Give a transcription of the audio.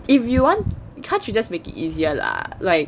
if you want can't you just make it easier lah like